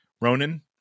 Ronan